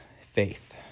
faith